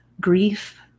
grief